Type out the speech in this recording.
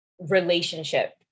relationship